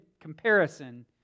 comparison